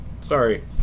sorry